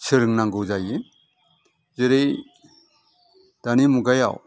सोलोंनांगौ जायो जेरै दानि मुगायाव